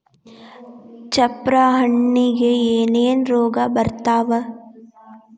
ಚಪ್ರ ಹಣ್ಣಿಗೆ ಏನೇನ್ ರೋಗ ಬರ್ತಾವ?